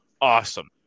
awesome